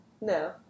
No